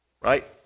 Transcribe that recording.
right